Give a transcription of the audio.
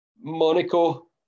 Monaco